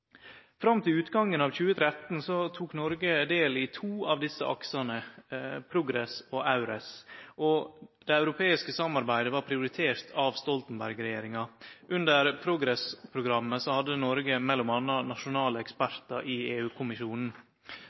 Fram til utgangen av 2013 tok Noreg del i to av desse aksane, PROGRESS og EURES. Det europeiske samarbeidet vart prioritert av Stoltenberg-regjeringa. Under PROGRESS-programmet hadde Noreg mellom anna nasjonale ekspertar i